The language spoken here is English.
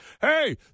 hey